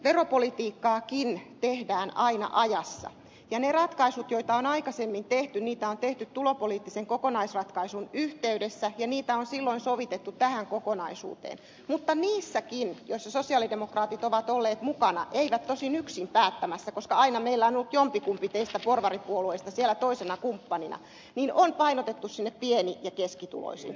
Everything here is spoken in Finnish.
veropolitiikkaakin tehdään aina ajassa ja ne ratkaisut joita on aikaisemmin tehty on tehty tulopoliittisen kokonaisratkaisun yhteydessä ja niitä on silloin sovitettu tähän kokonaisuuteen mutta niissäkin joissa sosialidemokraatit ovat olleet mukana eivät tosin yksin päättämässä koska aina meillä on ollut jompi kumpi teistä porvaripuolueista siellä kumppanina on painotettu sinne pieni ja keskituloisiin